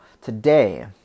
today